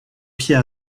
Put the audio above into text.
pied